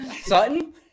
Sutton